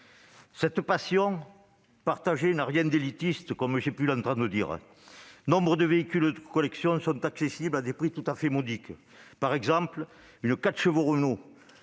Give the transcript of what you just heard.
Cette passion partagée n'a rien d'élitiste comme j'ai pu l'entendre dire. De nombreux véhicules de collection sont accessibles à des prix tout à fait modiques. Par exemple, une 4 CV Renault-